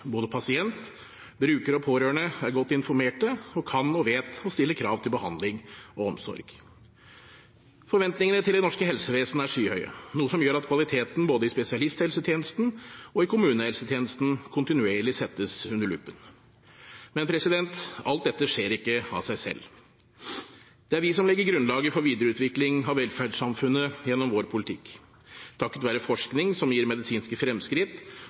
Både pasient, bruker og pårørende er godt informert, og både kan og vet det å stille krav til behandling og omsorg. Forventningene til det norske helsevesen er skyhøye, noe som gjør at kvaliteten både i spesialisthelsetjenesten og i kommunehelsetjenesten kontinuerlig settes under lupen. Men alt dette skjer ikke av seg selv. Det er vi som legger grunnlaget for videreutvikling av velferdssamfunnet gjennom vår politikk, takket være forskning som gir medisinske fremskritt